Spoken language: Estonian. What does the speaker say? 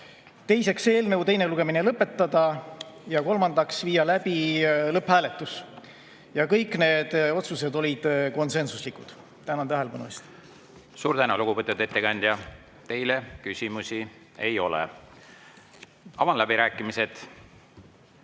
teiseks, eelnõu teine lugemine lõpetada; ja kolmandaks, viia läbi lõpphääletus. Kõik need otsused olid konsensuslikud. Tänan tähelepanu eest! Suur tänu, lugupeetud ettekandja! Teile küsimusi ei ole. Avan läbirääkimised.